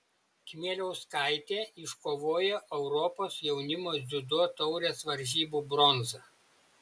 kmieliauskaitė iškovojo europos jaunimo dziudo taurės varžybų bronzą